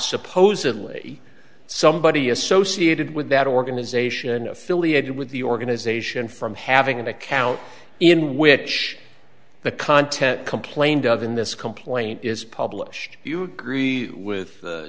supposedly somebody associated with that organization affiliated with the organization from having an account in which the content complained of in this complaint is published you agree with